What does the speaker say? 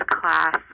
class